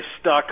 stuck